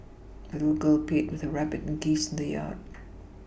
the little girl played with her rabbit and geese in the yard